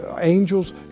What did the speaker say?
angels